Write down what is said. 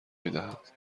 میدهد